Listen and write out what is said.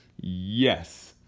Yes